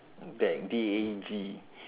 dag D A G